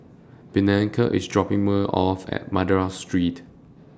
Bianca IS dropping Me off At Madras Street